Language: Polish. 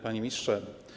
Panie Ministrze!